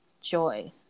joy